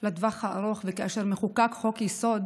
לטווח הארוך, וכאשר מחוקק חוק-יסוד